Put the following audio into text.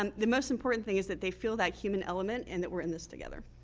um the most important thing is that they feel that human element and that we're in this together.